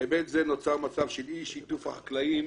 בהיבט זה נוצר מצב של אי שיתוף כלן החקלאים